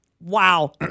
Wow